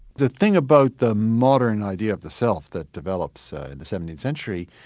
the thing about the modern idea of the self that develops in the seventeenth century,